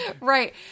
Right